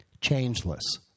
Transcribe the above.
Changeless